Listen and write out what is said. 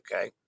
Okay